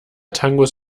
tangos